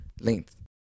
length